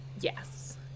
Yes